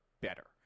better